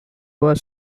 was